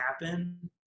happen